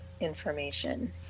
information